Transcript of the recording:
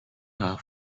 her